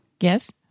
Yes